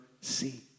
see